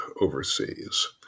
overseas